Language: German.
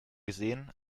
gesehen